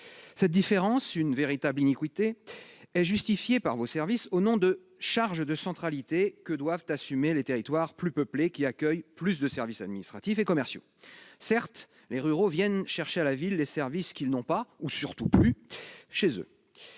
Cette différence, une véritable iniquité, est justifiée par vos services au nom des « charges de centralité » que doivent assumer les territoires plus peuplés, qui accueillent plus de services administratifs et commerciaux. Certes, les ruraux viennent chercher à la ville les services qu'ils n'ont pas, ou surtout plus, chez eux.